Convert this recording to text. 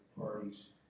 parties